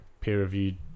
peer-reviewed